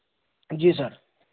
जी sir